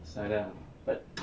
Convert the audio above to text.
it's like that lah but